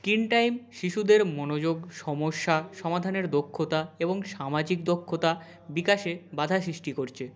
screen time শিশুদের মনোযোগ সমস্যা সমাধানের দক্ষতা এবং সামাজিক দক্ষতা বিকাশে বাঁধা সৃষ্টি করছে